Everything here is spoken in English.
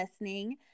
listening